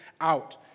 out